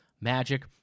Magic